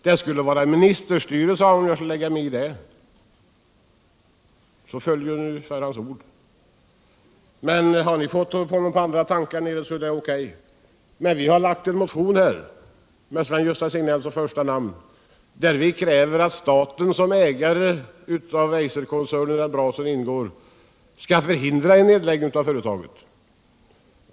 Det skulle vara ministerstyre om jag skulle lägga mig i det — ungefär så föll industriministerns ord. Har ni fått honom på andra tankar så är det OK. Vi har emellertid väckt en motion med Gösta Signell som första namn, där vi kräver att staten, som ägare av Eiserkoncernen, i vilken Brasons ingår, skall förhindra nedläggning av företag.